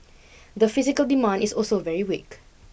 the physical demand is also very weak